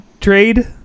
trade